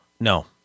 no